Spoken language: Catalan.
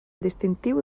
distintiu